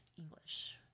English